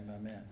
amen